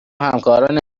همکاران